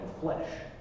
flesh